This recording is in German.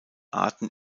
arten